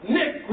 nick